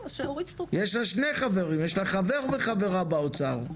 יש לה שני חברים, יש לה חבר וחברה באוצר.